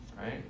Right